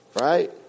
Right